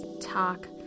talk